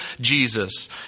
Jesus